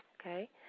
Okay